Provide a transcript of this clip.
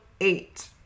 eight